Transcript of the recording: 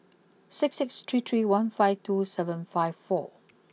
six six three three one five two seven five four